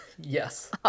Yes